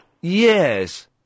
Yes